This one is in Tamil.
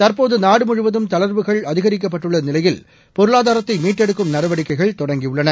தற்போது நாடு முழுவதும் தளர்வுகள் அதிகரிக்கப்பட்டுள்ள நிலையில் பொருளாதாரத்தை மீட்டெடுக்கும் நடவடிக்கைள் தொடங்கியுள்ளன